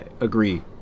agree